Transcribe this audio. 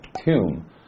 tomb